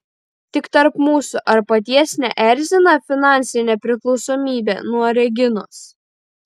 tik tarp mūsų ar paties neerzina finansinė priklausomybė nuo reginos